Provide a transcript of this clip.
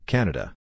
Canada